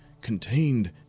contained